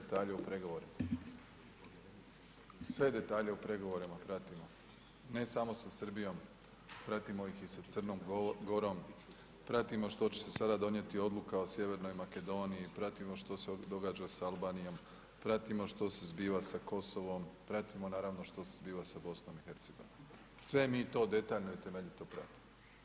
Poštovani zastupniče Bulj, pratimo mi sve detalje u pregovorima pratimo, ne samo sa Srbijom, pratimo ih i sa Crnom Gorom, pratimo što će se sada donijeti odluka o Sjevernoj Makedoniji, pratimo što se događa sa Albanijom, pratimo što se zbiva sa Kosovom, pratimo naravno što se zbiva sa BiH, sve mi to detaljno i temeljito pratimo.